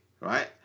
right